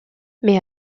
mais